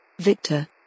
Victor